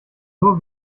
nur